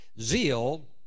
Zeal